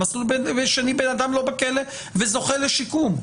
במסלול שני אדם לא בכלא וזוכה לשיקום.